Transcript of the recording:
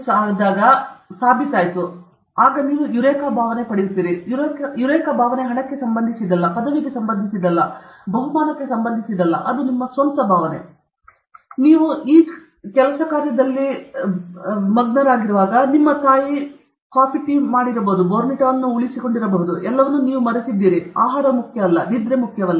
ಅಂತಿಮವಾಗಿ ಎಲ್ಎಚ್ಎಸ್ ಆರ್ಎಚ್ಎಸ್ಗೆ ಸಮನಾಗಿರುವುದು ಸರಿ ಎಂದು ಸಾಬೀತಾಯಿತು ನಂತರ ನೀವು ಯುರೇಕ ಭಾವನೆ ಸರಿ ಪಡೆಯುತ್ತೀರಿ ಯೂರೆಕಾ ಭಾವನೆ ಹಣಕ್ಕೆ ಸಂಬಂಧಿಸಿಲ್ಲ ಪದವಿಗೆ ಸಂಬಂಧಿಸಿಲ್ಲ ಅದು ಬಹುಮಾನಕ್ಕೆ ಸಂಬಂಧಿಸಿಲ್ಲ ಅದು ನಿಮ್ಮ ಸ್ವಂತ ಭಾವನೆ ಆ ಸಮಯದಲ್ಲಿ ನಿಮ್ಮ ತಾಯಿ ಬೋರ್ನ್ವಿಟಾವನ್ನು ಉಳಿಸಿಕೊಂಡಿರಬಹುದು ಎಲ್ಲವನ್ನೂ ನೀವು ಮರೆತಿದ್ದೀರಿ ಆಹಾರವು ಮುಖ್ಯವಲ್ಲ ನಿದ್ರೆ ಮುಖ್ಯವಲ್ಲ